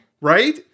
right